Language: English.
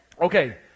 Okay